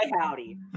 howdy